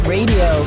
Radio